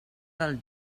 del